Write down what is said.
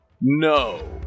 no